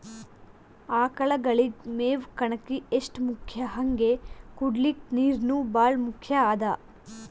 ಆಕಳಗಳಿಗ್ ಮೇವ್ ಕಣಕಿ ಎಷ್ಟ್ ಮುಖ್ಯ ಹಂಗೆ ಕುಡ್ಲಿಕ್ ನೀರ್ನೂ ಭಾಳ್ ಮುಖ್ಯ ಅದಾ